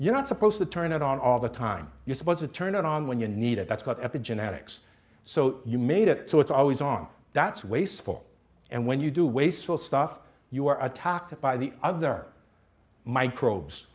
you're not supposed to turn it on all the time you're supposed to turn it on when you need it that's got at the generics so you made it so it's always on that's wasteful and when you do wasteful stuff you are attacked by the other microbes